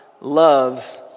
loves